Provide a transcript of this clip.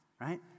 Right